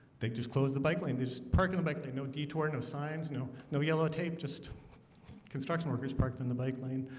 they just closed the bike lane. they just parking the bike. they no detour no signs no, no yellow tape just construction workers parked in the bike lane.